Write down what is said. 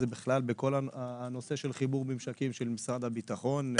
בכלל בכל הנושא של חיבור הממשקים של משרד הביטחון,